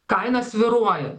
kaina svyruoja